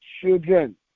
children